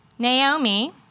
Naomi